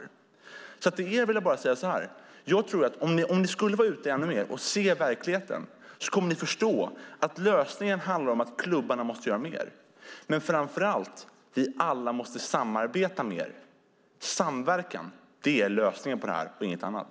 Till er vill jag bara säga så här: Om ni är ute ännu mer och ser verkligheten kommer ni att förstå att lösningen handlar om att klubbarna måste göra mer, men framför allt att vi alla måste samarbeta mer. Samverkan är lösningen på det här, inget annat.